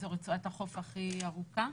זו רצועת החוף הכי ארוכה,